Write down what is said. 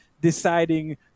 deciding